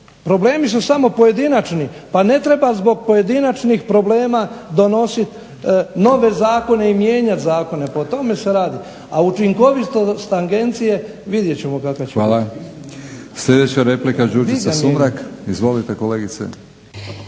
Problemi su samo pojedinačni. Pa ne treba zbog pojedinačnih problema donositi nove zakone i mijenjati zakone. Pa o tome se radi. A učinkovitost agencije vidjet ćemo kakva će biti. **Batinić, Milorad (HNS)** Hvala. Sljedeća replika, Đurđica Sumrak. Izvolite kolegice.